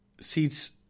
seats